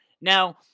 Now